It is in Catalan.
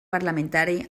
parlamentari